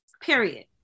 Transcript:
Period